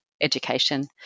education